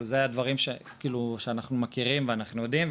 אלו הדברים שאנחנו מכירים ואחנו יודעים,